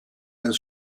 des